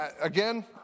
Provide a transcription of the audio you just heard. again